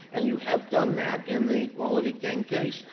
and you have done that in the quality king case.